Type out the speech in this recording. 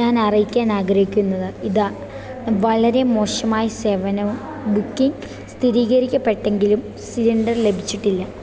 ഞാൻ അറിയിക്കാൻ ആഗ്രഹിക്കുന്നത് ഇതാണ് വളരെ മോശമായ സേവനവും ബുക്കിങ് സ്ഥിരീകരിക്കപ്പെട്ടെങ്കിലും സിലിണ്ടർ ലഭിച്ചില്ല